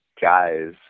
guys